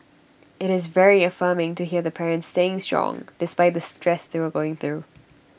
IT is very affirming to hear the parents staying strong despite the stress they were going through